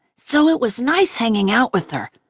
so it was nice hanging out with her,